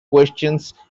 questions